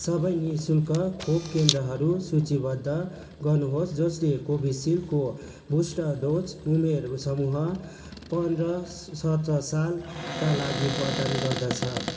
सबै नि शुल्क खोप केन्द्रहरू सूचीबद्ध गर्नुहोस् जसले कोभिसिल्डको बुस्टर डोज उमेर समूह पन्ध्र सत्र सालका लागि प्रदान गर्दछ